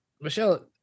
Michelle